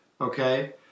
Okay